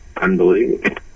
unbelievable